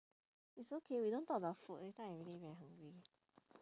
it's okay we don't talk about food later I really very hungry